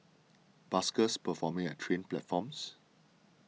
buskers performing at train platforms